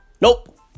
Nope